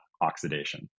oxidation